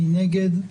מי נגד?